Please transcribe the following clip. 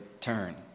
turn